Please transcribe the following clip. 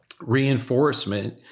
reinforcement